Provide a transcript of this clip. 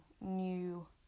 new